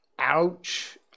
Ouch